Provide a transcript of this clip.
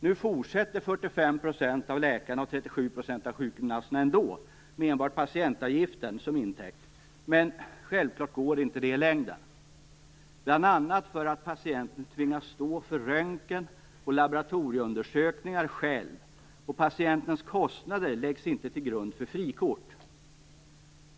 Nu fortsätter 45 % av läkarna och 37 % av sjukgymnasterna ändå med enbart patientavgiften som intäkt. Men självklart går inte det i längden, bl.a. därför att patienterna själva tvingas stå för kostnaderna för röntgen och laboratorieundersökningar och därför att patienternas kostnader inte läggs till grund för frikort.